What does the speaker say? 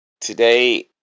today